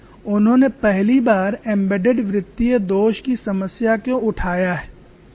उन्होंने पहली बार एम्बेडेड वृत्तीय दोष की समस्या को उठाया है